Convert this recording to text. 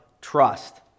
trust